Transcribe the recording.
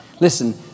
Listen